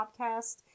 podcast